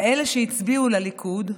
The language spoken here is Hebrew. כאלה שהצביעו לליכוד,